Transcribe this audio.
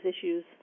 issues